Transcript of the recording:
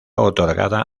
otorgada